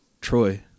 Troy